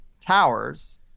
towers